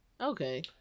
Okay